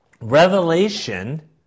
Revelation